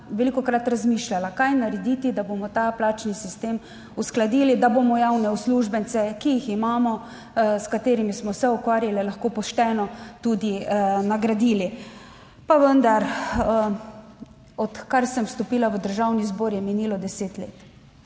velikokrat razmišljala, kaj narediti, da bomo ta plačni sistem uskladili, da bomo javne uslužbence, ki jih imamo, s katerimi smo se ukvarjali, lahko pošteno tudi nagradili. Pa vendar odkar sem vstopila v Državni zbor, je minilo deset let,